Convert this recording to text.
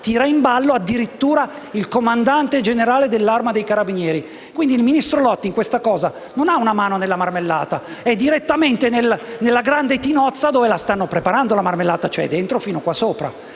tira in ballo addirittura il Comandante generale dell'Arma dei carabinieri. Il ministro Lotti, quindi, in questa vicenda non ha una mano nella marmellata: è direttamente nella grande tinozza dove la stanno preparando, vi è dentro fin al collo.